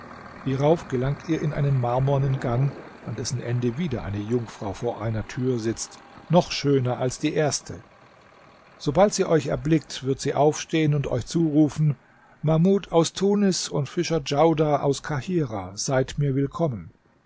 hierauf gelangt ihr in einen marmornen gang an dessen ende wieder eine jungfrau vor einer tür sitzt noch schöner als die erste sobald sie euch erblickt wird sie aufstehen und euch zurufen mahmud aus tunis und fischer djaudar aus kahirah seid mir willkommen